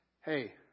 Hey